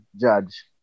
judge